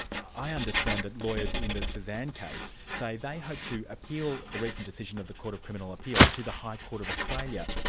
i understand that lawyers in the cesan case say they hope to appeal a recent decision of the court of criminal appeal to the high court of australia.